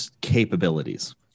capabilities